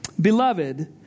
Beloved